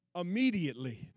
immediately